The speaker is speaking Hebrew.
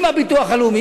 עם הביטוח הלאומי,